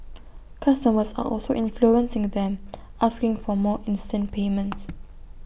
customers are also influencing them asking for more instant payments